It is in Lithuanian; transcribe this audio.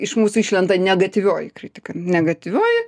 iš mūsų išlenda negatyvioji kritika negatyvioji